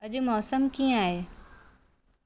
अॼु मौसमु कीअं आहे